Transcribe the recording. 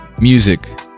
Music